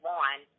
one